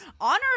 honor